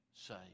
say